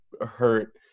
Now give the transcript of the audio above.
hurt